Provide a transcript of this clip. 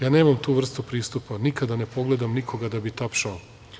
Ja nemam tu vrstu pristupa, nikada ne pogledam nikoga da bi tapšao.